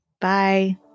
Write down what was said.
Bye